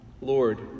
Lord